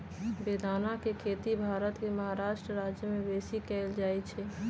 बेदाना के खेती भारत के महाराष्ट्र राज्यमें बेशी कएल जाइ छइ